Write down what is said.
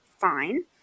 fine